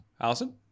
Allison